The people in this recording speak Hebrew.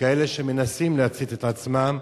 כאלה שמנסים להצית את עצמם.